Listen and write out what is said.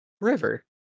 River